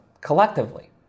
collectively